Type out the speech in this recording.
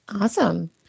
Awesome